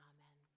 Amen